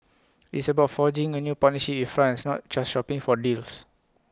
IT is about forging A new partnership with France not just shopping for deals